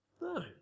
No